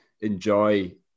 enjoy